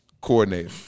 coordinator